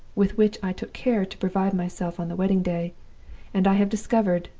with which i took care to provide myself on the wedding-day and i have discovered,